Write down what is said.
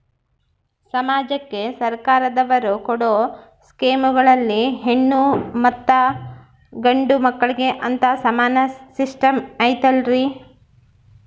ಸಮಾಜಕ್ಕೆ ಸರ್ಕಾರದವರು ಕೊಡೊ ಸ್ಕೇಮುಗಳಲ್ಲಿ ಹೆಣ್ಣು ಮತ್ತಾ ಗಂಡು ಮಕ್ಕಳಿಗೆ ಅಂತಾ ಸಮಾನ ಸಿಸ್ಟಮ್ ಐತಲ್ರಿ?